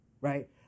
right